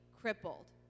crippled